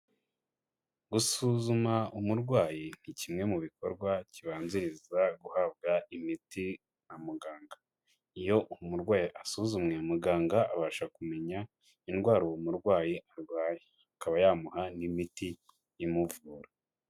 Gusuzuma umurwayi ni kimwe mu bikorwa kibanziriza guhabwa imiti na muganga. Iyo umurwayi asuzumwe muganga abasha kumenya indwara uwo murwayi arwaye, akaba yamuha n'imiti imuvura.